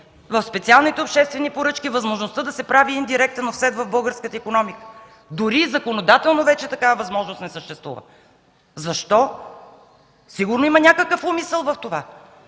в специалните обществени поръчки, възможността да се прави индиректен офсет в българската икономика. Дори и законодателно вече такава възможност не съществува. Защо?! Сигурно има някакъв умисъл в това?!